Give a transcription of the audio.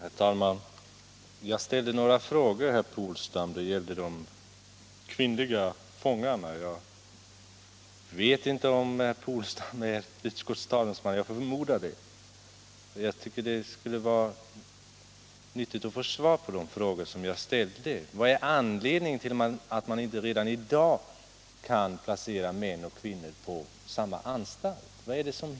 Herr talman! Jag ställde några frågor, herr Polstam, om de kvinnliga fångarna. Jag vet inte om herr Polstam är utskottets talesman, men jag förmodar det. och jag tycker att det skulle vara nyttigt att få svar på de frågor jag ställde. Vad är anledningen till att man inte redan i dag kan placera män och kvinnor på samma anstalt?